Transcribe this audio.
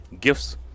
gifts